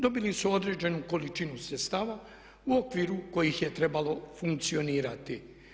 Dobili su određenu količinu sredstava u okviru kojih je trebalo funkcionirati.